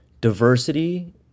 Diversity